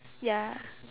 ya